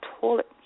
toilet